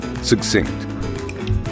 Succinct